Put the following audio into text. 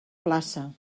plaça